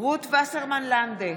רות וסרמן לנדה,